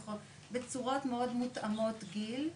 בצורות מאוד מותאמות גיל,